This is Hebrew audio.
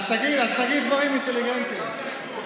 אז תגיד דברים אינטליגנטיים.